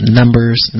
numbers